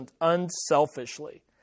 unselfishly